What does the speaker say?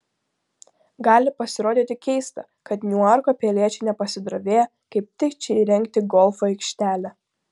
gali pasirodyti keista kad niuarko piliečiai nepasidrovėjo kaip tik čia įrengti golfo aikštelę